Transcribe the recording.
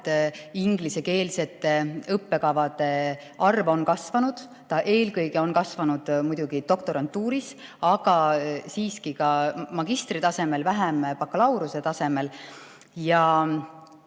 ingliskeelsete õppekavade arv on kasvanud. Eelkõige on see kasvanud muidugi doktorantuuris, aga siiski ka magistritasemel, vähem bakalaureusetasemel.